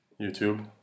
YouTube